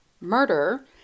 murder